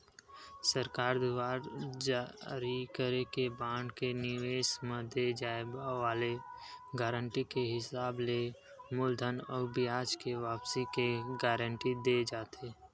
सरकार दुवार जारी करे के बांड के निवेस म दे जाय वाले गारंटी के हिसाब ले मूलधन अउ बियाज के वापसी के गांरटी देय जाथे